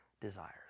desires